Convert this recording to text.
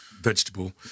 vegetable